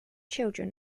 children